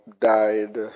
died